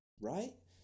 Right